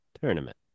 tournament